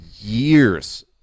years